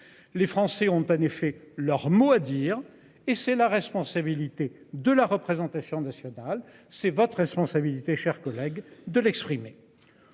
Les Français ont en effet leur mot à dire et c'est la responsabilité de la représentation nationale, c'est votre responsabilité chers collègues de l'exprimer.